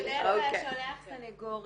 הפורום הפלילי בדרך כלל שולח סניגורים